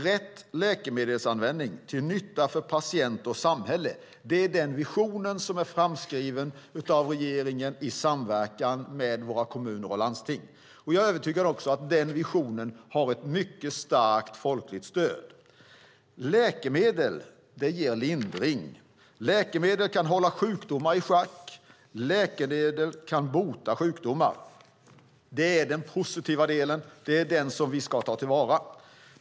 Rätt läkemedelsanvändning till nytta för patient och samhälle är den vision som är framskriven av regeringen i samverkan med våra kommuner och landsting, och jag är övertygad om att den har ett mycket starkt folkligt stöd. Läkemedel ger lindring. Läkemedel kan hålla sjukdomar i schack. Läkemedel kan bota sjukdomar. Det är den positiva delen, och det är den som vi ska ta till vara.